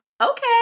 Okay